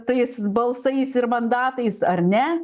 tais balsais ir mandatais ar ne